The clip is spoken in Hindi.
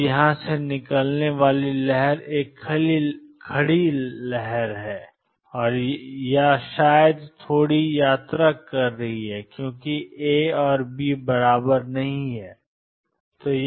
अब यहां से निकलने वाली लहर एक खड़ी लहर है या शायद थोड़ी यात्रा कर रही है क्योंकि ए और बी बराबर नहीं हैं